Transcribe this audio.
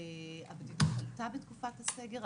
הבדידות עלתה בתקופת הסגר,